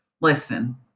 listen